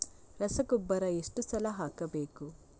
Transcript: ರಸಗೊಬ್ಬರ ಎಷ್ಟು ಸಲ ಹಾಕಬೇಕು?